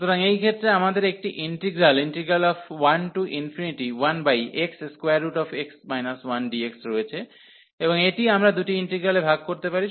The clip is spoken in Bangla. সুতরাং এই ক্ষেত্রে আমাদের একটি ইন্টিগ্রাল 11xx 1dx রয়েছে এবং এটি আমরা দুটি ইন্টিগ্রালে ভাগ করতে পারি